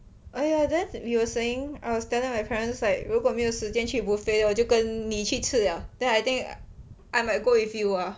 oh ya then we were saying I was telling my friends like 如果没有时间去 buffet 我就跟你去吃了 then I think I might go with you ah